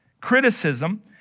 criticism